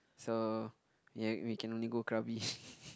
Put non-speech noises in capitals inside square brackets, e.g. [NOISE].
so ya we can only go Krabi [LAUGHS]